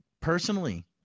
personally